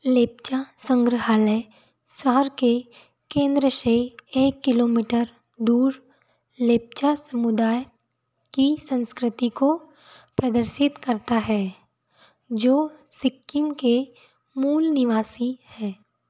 लेपचा संग्रहालय शहर के केंद्र से एक किलोमीटर दूर लेपचा समुदाय की संस्कृति को प्रदर्शित करता है जो सिक्किम के मूल निवासी हैं